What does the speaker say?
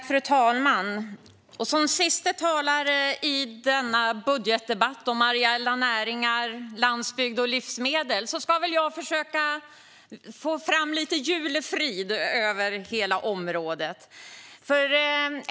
Fru talman! Som sista talare i budgetdebatten om areella näringar, landsbygd och livsmedel ska jag försöka skapa lite julfrid över hela området.